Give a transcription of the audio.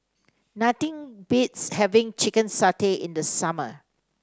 nothing beats having Chicken Satay in the summer